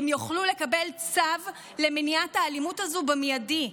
הן יוכלו לקבל צו למניעת האלימות הזו במיידי.